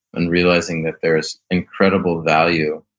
and realizing that there's incredible value,